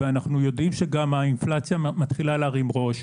ואנחנו גם יודעים שהאינפלציה מתחילה להרים ראש,